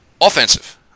Offensive